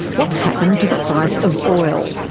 what's happened to the price of oil?